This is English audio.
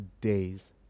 days